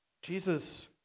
Jesus